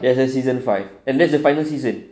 there's a season five and that's the final season